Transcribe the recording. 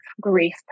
grief